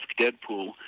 Deadpool